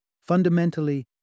fundamentally